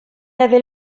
avait